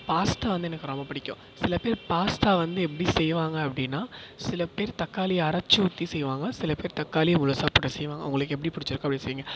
pasta வந்து எனக்கு ரொம்ப பிடிக்கும் சிலபேர் பாஸ்தா வந்து எப்படி செய்வாங்க அப்படினா சிலபேர் தக்காளி அரைச்சி ஊற்றி செய்வாங்க சிலபேர் தக்காளி முழுசாக போட்டு செய்வாங்க உங்களுக்கு எப்படி பிடிச்சிருக்கோ அப்படி செய்ங்க